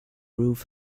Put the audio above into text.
roof